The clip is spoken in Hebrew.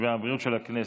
והבריאות של הכנסת.